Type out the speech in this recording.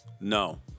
No